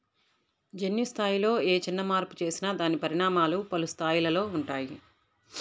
జన్యు స్థాయిలో ఏ చిన్న మార్పు చేసినా దాని పరిణామాలు పలు స్థాయిలలో ఉంటాయి